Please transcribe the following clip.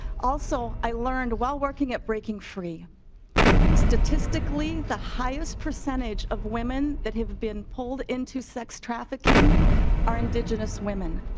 also i learned while working at breaking free statistically the highest percentage of women that have been pulled into sex trafficking our indigenous women.